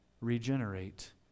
regenerate